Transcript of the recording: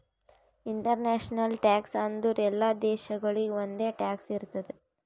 international tax ಅಂದುರ್ ಎಲ್ಲಾ ದೇಶಾಗೊಳಿಗ್ ಒಂದೆ ಟ್ಯಾಕ್ಸ್ ಇರ್ತುದ್